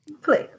please